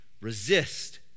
resist